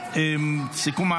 :